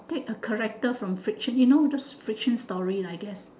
take a character from fiction you know those fiction story I guess